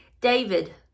David